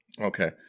Okay